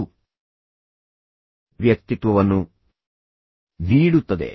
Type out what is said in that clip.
ಇದು ವ್ಯಕ್ತಿತ್ವವನ್ನು ನೀಡುತ್ತದೆ